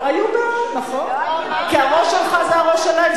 היו בעד, נכון, כי הראש שלך זה הראש שלהם.